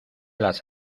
las